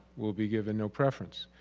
will be given no preference.